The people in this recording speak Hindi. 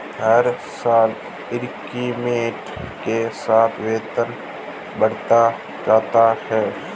हर साल इंक्रीमेंट के साथ वेतन बढ़ता जाता है